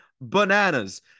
bananas